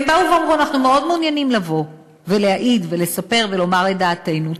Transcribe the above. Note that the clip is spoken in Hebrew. באו ואמרו: אנחנו מאוד מעוניינים לבוא ולהעיד ולספר ולומר את דעתנו,